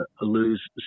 lose